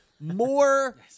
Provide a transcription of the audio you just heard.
more